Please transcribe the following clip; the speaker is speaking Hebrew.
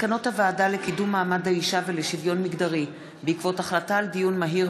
מסקנות הוועדה לקידום מעמד האישה ולשוויון מגדרי בעקבות דיון מהיר